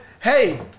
Hey